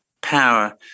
power